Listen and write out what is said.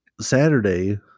saturday